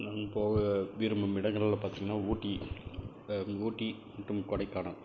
நான் போக விரும்பும் இடங்களெலாம் பார்த்திங்கன்னா ஊட்டி ஊட்டி மற்றும் கொடைக்கானல்